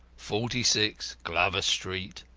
forty six glover street,